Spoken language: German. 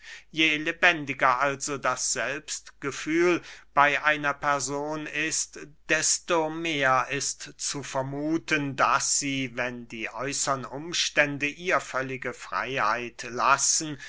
je lebendiger also das selbstgefühl bey einer person ist desto mehr ist zu vermuthen daß sie wenn die äußern umstände ihr völlige freyheit lassen